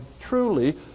truly